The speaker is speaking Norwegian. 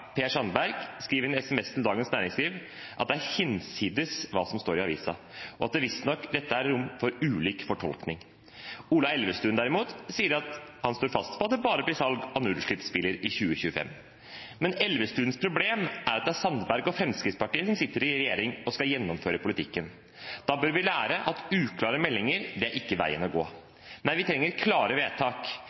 Per Sandberg, skriver i en SMS til Dagens Næringsliv at det er hinsides hva som står i avisen, og at det visstnok er rom for ulik fortolkning. Ola Elvestuen, derimot, sier at han står fast ved at det bare blir salg av nullutslippsbiler i 2025. Men Elvestuens problem er at det er Sandberg og Fremskrittspartiet som sitter i regjering og skal gjennomføre politikken. Da bør vi lære at uklare meldinger ikke er veien å gå. Nei, vi trenger klare vedtak